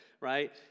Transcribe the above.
right